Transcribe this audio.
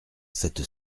cette